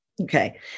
Okay